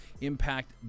impact